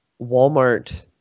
Walmart